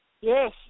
yes